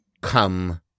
come